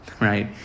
Right